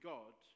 God